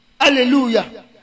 Hallelujah